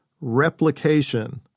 replication